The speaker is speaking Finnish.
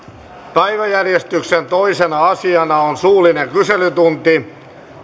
päiväjärjestyksen toisena asiana on suullinen kyselytunti